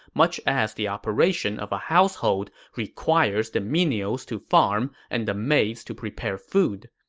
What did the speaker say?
much as the operation of a household requires the menials to farm and the maids to prepare food.